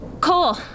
Cole